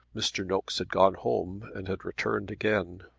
mr. nokes had gone home and had returned again.